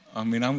i mean, um